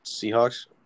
Seahawks